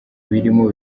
birimo